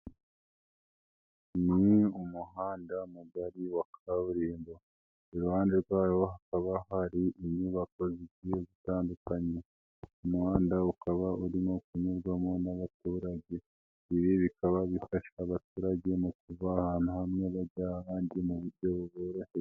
Ni umuhanda mugari wa kaburimbo, iruhande rwawo hakaba hari inyubako zigiye zitandukanye, umuhanda ukaba urimo kunyurwamo n'abaturage, ibi bikaba bifasha abaturage mu kuva ahantu hamwe bajya ahandi mu buboroheye.